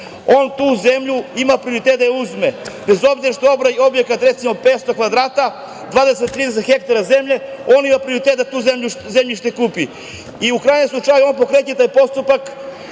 on tu zemlju ima prioritet da je uzme, bez obzira što je objekat, recimo, 500 kvadrata, 20, 30 hektara zemlje, on ima prioritet da to zemljište kupi. U krajnjem slučaju, on pokreće taj postupak